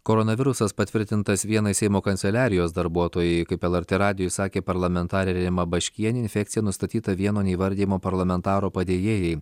koronavirusas patvirtintas vienai seimo kanceliarijos darbuotojai kaip lrt radijui sakė parlamentarė rima baškienė infekcija nustatyta vieno neįvardijamo parlamentaro padėjėjai